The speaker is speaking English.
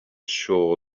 sure